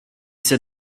said